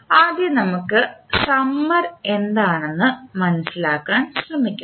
ആദ്യം നമുക്ക് സമ്മർ എന്താണെന്ന് മനസിലാക്കാൻ ശ്രമിക്കാം